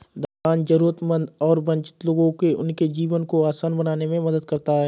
दान जरूरतमंद और वंचित लोगों को उनके जीवन को आसान बनाने में मदद करता हैं